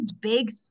big